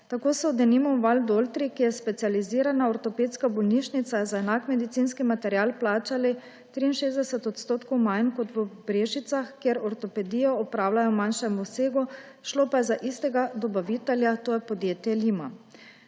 Tako so denimo v Valdoltri, ki je specializirana ortopedska bolnišnica, za enak medicinski material plačali 63 % manj kot v Brežicah, kjer ortopedijo opravljajo v manjšem obsegu, šlo je pa za istega dobavitelja, to je podjetje Lima.